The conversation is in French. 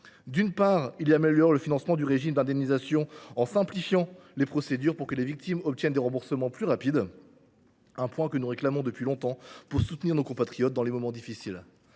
de loi améliore le financement du régime d’indemnisation en simplifiant les procédures, afin que les victimes obtiennent des remboursements plus rapides. C’est une demande que nous formulons depuis longtemps pour soutenir nos compatriotes dans les moments difficiles.